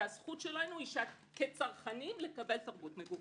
והזכות שלנו היא כצרכנים לקבל תרבות מגוונת.